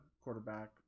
quarterback